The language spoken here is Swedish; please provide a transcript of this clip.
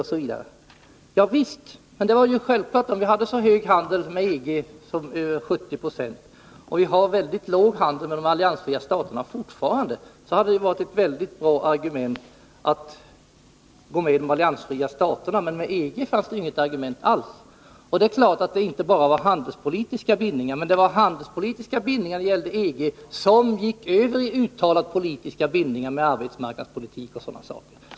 Om det är så att vår handel med EG-länderna var så omfattande som över 70 96 och vår handel med de alliansfria staterna fortfarande är ytterst liten, skulle det självfallet vara ett bra argument för oss att söka medlemskap i den alliansfria rörelsen. För medlemskap i EG talar däremot inget argument alls. Det var handelspolitiska bindningar i EG som gick över i uttalat politiska bindningar om arbetsmarknadspolitik o. d.